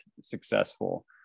successful